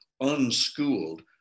unschooled